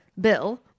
Bill